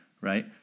right